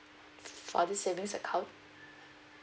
for this savings account